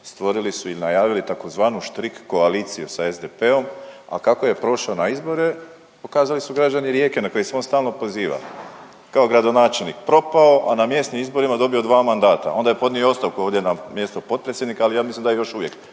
stvorili i najavili tzv. štrik koaliciju sa SDP-om, a kako je prošao na izbore pokazali su građani Rijeke na koje se on stalno poziva. Kao gradonačelnik propao, a na mjesnim izborima dobio dva mandata onda je podnio ostavku ovdje na mjesto potpredsjednika, ali ja mislim da je još uvijek